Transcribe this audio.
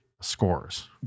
scores